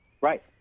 Right